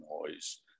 noise